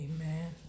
Amen